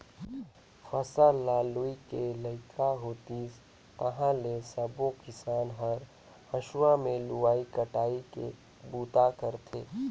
फसल ल लूए के लइक होतिस ताहाँले सबो किसान हर हंसुआ में लुवई कटई के बूता करथे